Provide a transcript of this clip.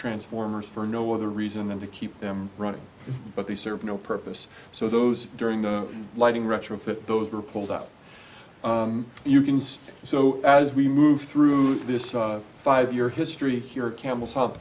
transformers for no other reason than to keep them running but they serve no purpose so those during the lighting retrofit those were pulled out you can see so as we move through this five year history here camel